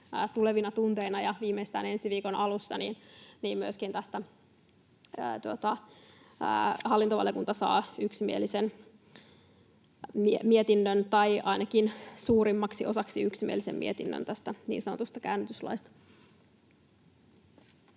tulevina tunteina ja viimeistään ensi viikon alussa myöskin hallintovaliokunta saa yksimielisen mietinnön, tai ainakin suurimmaksi osaksi yksimielisen mietinnön, tästä niin sanotusta käännytyslaista.